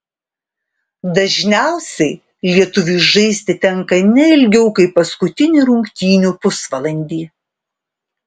dažniausiai lietuviui žaisti tenka ne ilgiau kaip paskutinį rungtynių pusvalandį